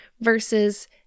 versus